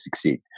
succeed